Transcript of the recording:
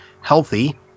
healthy